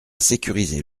sécuriser